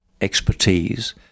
expertise